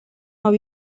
how